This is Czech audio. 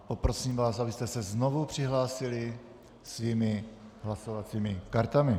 Poprosím vás, abyste se znovu přihlásili svými hlasovacími kartami.